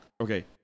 okay